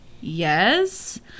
yes